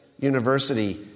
University